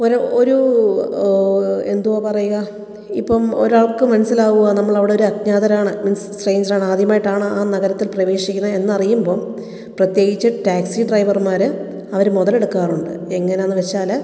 ഒര് ഒരു എന്തുവാ പറയുക ഇപ്പം ഒരാൾക്ക് മനസ്സിലാകുവാണ് നമ്മൾ അവിടെ ഒരു അജ്ഞാതനാണ് മീൻസ് സ്ട്രേഞ്ചർ ആണ് ആദ്യമായിട്ടാണ് ആ നഗരത്തിൽ പ്രവേശിക്കുന്നത് എന്ന് അറിയുമ്പം പ്രത്യേകിച്ച് ടാക്സീ ഡ്രൈവർമാർ അവർ മുതലെടുക്കാറുണ്ട് എങ്ങനാന്ന് വെച്ചാൽ